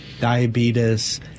diabetes